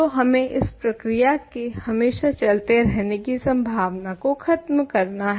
तो हमे इस प्रक्रिया के हमेशा चलते रहने की संभावना को ख़त्म करना है